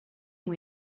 ont